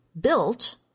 built